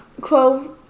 Quo